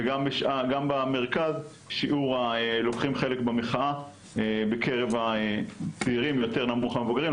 וגם במרכז שיעור הלוקחים חלק במחאה בקרב הצעירים יותר נמוך מהמבוגרים,